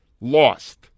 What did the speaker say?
lost